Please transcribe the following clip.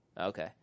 Okay